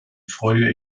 freue